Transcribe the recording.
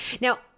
Now